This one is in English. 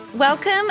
Welcome